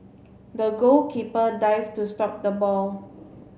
the goalkeeper dived to stop the ball